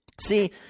see